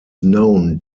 known